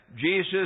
Jesus